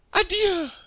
adieu